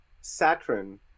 Saturn